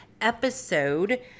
episode